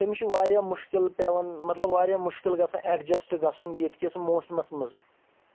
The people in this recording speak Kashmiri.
تٔمِس چُھ واریاہ مُشکِل پیٚوان مطلب واریاہ مُشکِل گژھان ایٚڈجسٹ گژھُن ییٚتہِ کِس موسمِس منٛز